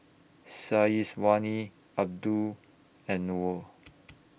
Syazwani Abdul and Noah